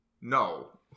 no